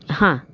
हां